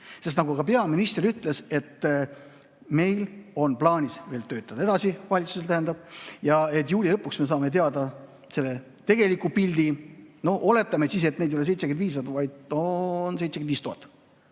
sest nagu ka peaminister ütles, et meil on plaanis veel töötada edasi, valitsusel tähendab, juuni lõpuks me saame teada tegeliku pildi. Oletame, et neid ei ole siis 75, vaid on 75 000,